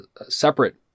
separate